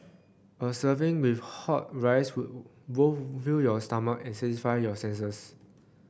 a serving with hot rice would both fill your stomach and satisfy your senses